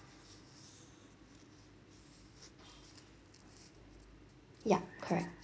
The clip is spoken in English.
yup correct